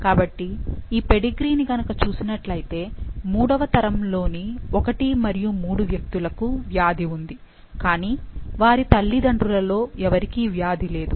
కాబట్టి ఈ పెడిగ్రీని గనుక చూసినట్లు అయితే మూడవ తరం లోని 1 మరియు 3 వ్యక్తులకు వ్యాధి ఉంది కానీ వారి తల్లిదండ్రులలో ఎవరికీ వ్యాధి లేదు